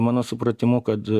mano supratimu kad